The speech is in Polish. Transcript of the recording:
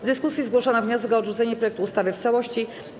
W dyskusji zgłoszono wniosek o odrzucenie projektu ustawy w całości.